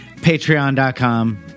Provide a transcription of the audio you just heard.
Patreon.com